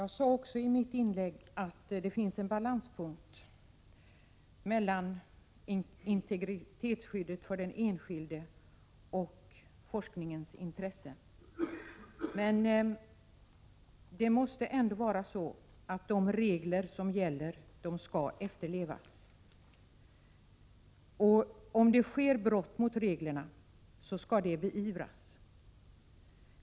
Herr talman! I mitt inlägg sade jag även att det finns en balanspunkt mellan integritetsskyddet för den enskilde och forskningens intressen. De regler som finns måste emellertid efterlevas. Om det sker brott mot reglerna skall de beivras.